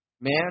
Man